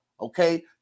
okay